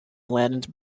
flattened